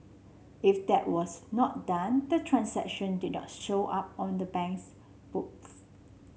if that was not done the transaction did not show up on the bank's books